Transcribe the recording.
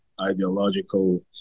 ideological